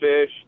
fish